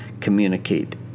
communicate